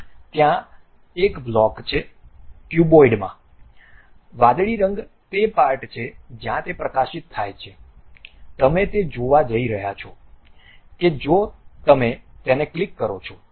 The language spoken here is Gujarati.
ત્યાં એક બ્લોક છે ક્યુબોઇડમાં વાદળી રંગ તે પાર્ટ છે જ્યાં તે પ્રકાશિત થાય છે તમે તે જોવા જઈ રહ્યા છો કે જો તમે તેને ક્લિક કરો છો